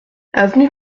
avenue